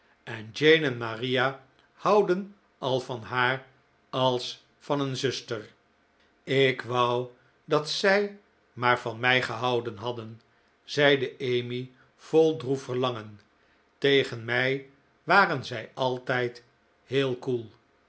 en jane en maria houden al van haar als van een zuster ik wou dat zij maar van mij gehouden hadden zegt emmy vol droef verlangen tegen mij waren zij altijd heel koel